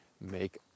make